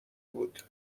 بود